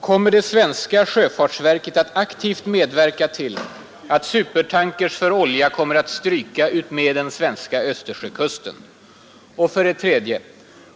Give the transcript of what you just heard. Kommer det svenska sjöfartsverket att aktivt medverka till att supertankers för olja kommer att stryka utmed den svenska Östersjökusten? 3.